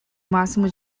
máximo